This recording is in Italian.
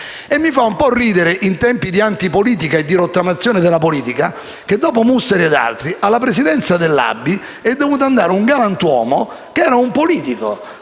E mi fa un po' ridere, in tempi di antipolitica e di rottamazione della politica, che dopo Mussari ed altri alla presidenza dell'ABI è dovuto andare un galantuomo che prima era un politico,